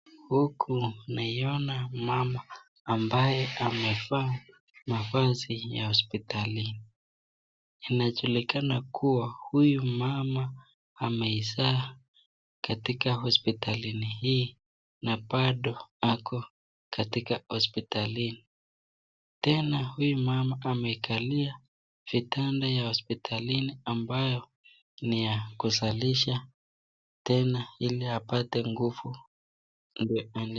Huku naiona mama ambaye amevaa mavazi ya hospitalini, inajulikana kuwa huyu mama amezaa katika hospitali hii na bado ako katika hospitalini, tena huyu mama amekalia vitanda ya hospitalini ambayo ni ya kuzalisha tena ili apate nguvu.